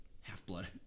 half-blood